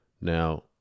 Now